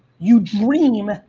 you dream,